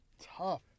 tough